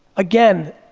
again,